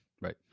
Right